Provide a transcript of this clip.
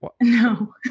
No